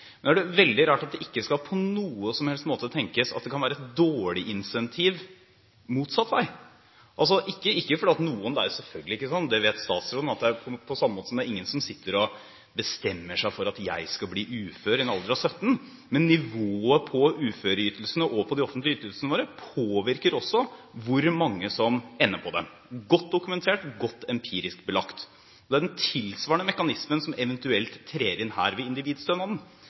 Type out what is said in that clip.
Men det er veldig rart at det ikke på noen som helst måte kan tenkes at det kan være et dårlig incentiv – motsatt vei. Selvfølgelig er det ikke sånn – det vet statsråden – på samme måte som at ingen sitter og bestemmer seg for at de skal bli uføre i en alder av 17 år, men nivået på uføreytelsene og på de offentlige ytelsene våre påvirker også hvor mange som ender på dem. Det er godt dokumentert og godt empirisk belagt. Det er den tilsvarende mekanismen som eventuelt trer inn her ved